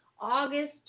August